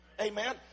Amen